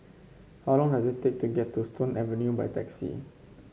how long does it take to get to Stone Avenue by taxi